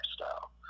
lifestyle